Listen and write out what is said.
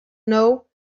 know